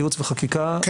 ייעוץ וחקיקה,